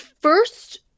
first